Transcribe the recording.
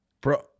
Bro